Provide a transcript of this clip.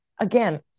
again